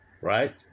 right